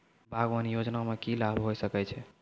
बागवानी योजना मे की लाभ होय सके छै?